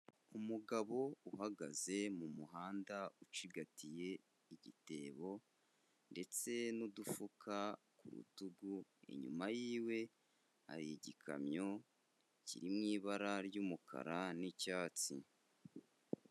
Umugabo uhagaze mu muhanda ucigatiye igitebo ndetse n'udufuka ku rutugu, inyuma yiwe hari igikamyo kiri mu ibara ry'umukara n'icyatsi.